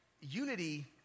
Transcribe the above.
unity